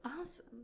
Awesome